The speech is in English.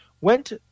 went